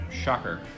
Shocker